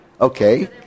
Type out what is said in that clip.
Okay